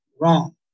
Wrong